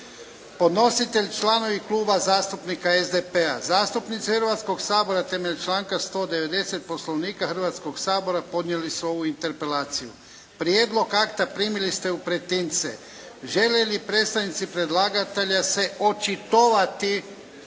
Podnositelji: članovi Kluba zastupnika SDP-a Zastupnici Hrvatskog sabora na temelju članka 190. Poslovnika Hrvatskog sabora podnijeli su ovu interpelaciju. Prijedlog akta primili ste u pretince. Žele li predstavnici predlagatelja se očitovati